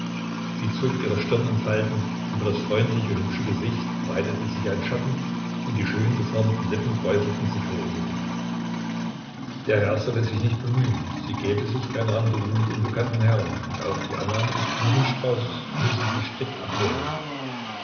sie zog ihre stirn in falten über das freundliche hübsche gesicht breitete sich ein schatten und die schön geformten lippen kräuselten sich hochmütig der herr solle sich nicht bemühen sie gäbe sich kein rendezvous mit unbekannten herren und auch die annahme des blumenstraußes müsse sie strikte ablehnen